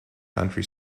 country